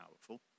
powerful